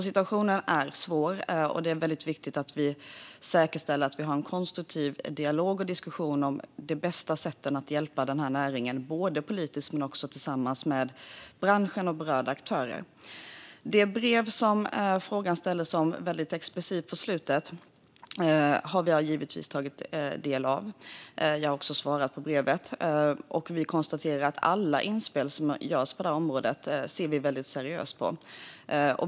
Situationen är alltså svår, och det är väldigt viktigt att vi säkerställer en konstruktiv dialog och diskussion om de bästa sätten att hjälpa den här näringen, både politiskt och tillsammans med branschen och berörda aktörer. Jag har givetvis tagit del av det brev som frågan explicit handlar om. Jag har också svarat på brevet, och vi konstaterar att vi ser väldigt seriöst på alla inspel som görs på det här området.